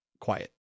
quiet